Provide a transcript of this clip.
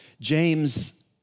James